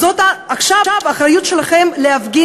אז זאת עכשיו האחריות שלכם להפגין